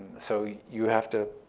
so you have to